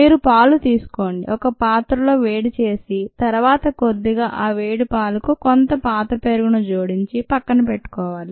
మీరు పాలు తీసుకోండి ఒక పాత్రలో వేడి చేసి తరువాత కొద్దిగా ఆ వేడి పాలకు కొంత పాత పెరుగును జోడించి పక్కన పెట్టుకోవాలి